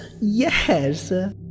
yes